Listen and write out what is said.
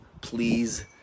please